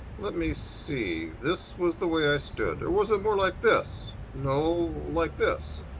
let me see, this was the way i stood. or was it more like this? no, like this.